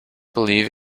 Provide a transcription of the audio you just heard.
believe